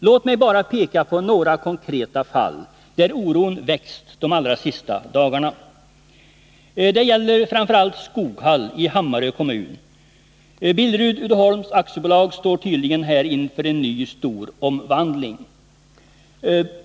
Låt mig bara peka på några konkreta fall där oron växt de sista dagarna. Det gäller framför allt Skoghall i Hammarö kommun. Billerud Uddeholm AB står tydligen inför en ny, stor omvandling.